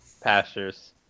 Pastures